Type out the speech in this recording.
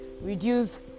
reduce